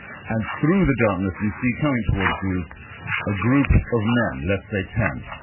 and through the darkness, you see coming towards you a group of men, let's say ten.